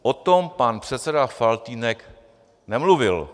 O tom pan předseda Faltýnek nemluvil.